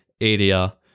area